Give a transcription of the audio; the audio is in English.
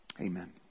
Amen